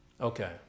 Okay